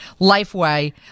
Lifeway